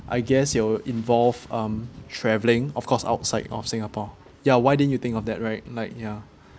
I guess you're involved um travelling of course outside of singapore ya why didn't you think of that right like ya